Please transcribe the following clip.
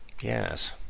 Yes